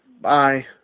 bye